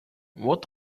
what